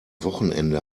wochenende